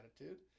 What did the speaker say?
attitude